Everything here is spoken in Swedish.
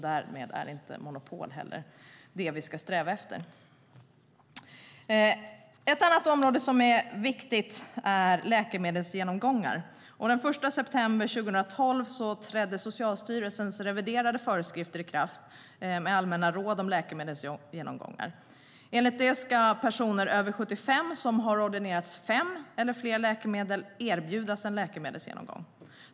Därmed är monopol inte heller det som vi strävar efter. Ett annat viktigt område är läkemedelsgenomgångar. Den 1 september 2012 trädde Socialstyrelsens reviderade föreskrifter i kraft, med allmänna råd om läkemedelsgenomgångar. Enligt dem ska personer över 75 som har ordinerats fem eller fler läkemedel erbjudas en läkemedelsgenomgång.